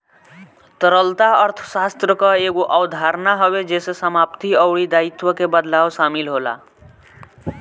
तरलता अर्थशास्त्र कअ एगो अवधारणा हवे जेसे समाप्ति अउरी दायित्व के बदलाव शामिल होला